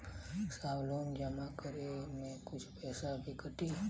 साहब लोन जमा करें में कुछ पैसा भी कटी?